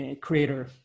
creator